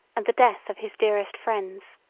and the death of his dearest friends.